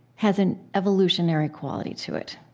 has an evolutionary quality to it,